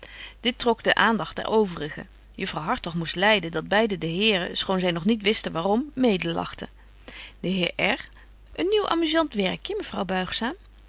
dit trok den aandagt der overigen juffrouw hartog moest lyden dat beide de heren schoon zy nog niet wisten waarom mede lachten de heer r een nieuw amusant werkje mevrouw